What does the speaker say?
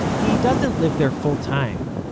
he doesn't live there full-time,